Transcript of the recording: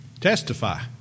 Testify